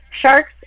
sharks